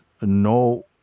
no